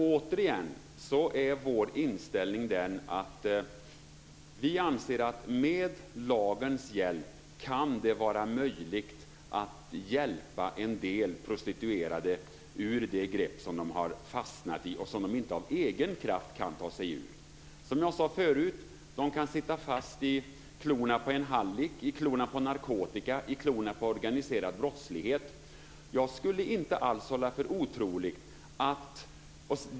Återigen: Vår inställning är att vi anser att det med lagens hjälp kan vara möjligt att hjälpa en del prostituerade ur det grepp som de har fastnat i och som de inte av egen kraft kan ta sig ur. Som jag sade förut kan de sitta fast i klorna på en hallick, i klorna på narkotika eller i klorna på organiserad brottslighet.